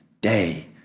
day